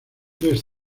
tres